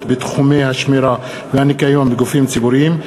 בתחומי השמירה והניקיון בגופים ציבוריים,